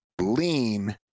lean